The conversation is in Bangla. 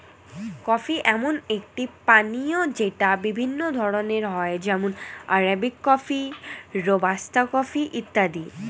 কফি এমন একটি পানীয় যেটা বিভিন্ন ধরণের হয় যেমন আরবিক কফি, রোবাস্তা কফি ইত্যাদি